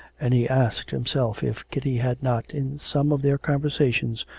and he asked himself if kitty had not, in some of their conversations,